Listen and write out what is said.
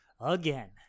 again